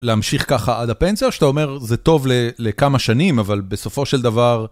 להמשיך ככה עד הפנסיה, שאתה אומר זה טוב לכמה שנים, אבל בסופו של דבר...